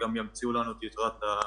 גם ימציאו לנו את יתרת המסמכים.